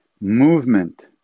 movement